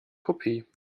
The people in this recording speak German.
kopie